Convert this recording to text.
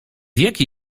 jaki